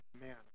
man